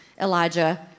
Elijah